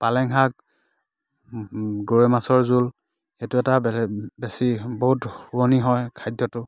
পালেং শাক গৰৈ মাছৰ জোল এইটো এটা বেলেগ বেছি বহুত শুৱনি হয় খাদ্যটো